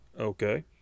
Okay